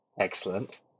Excellent